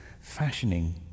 fashioning